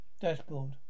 Dashboard